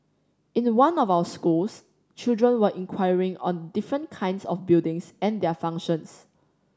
in the one of our schools children were inquiring on different kinds of buildings and their functions